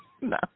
No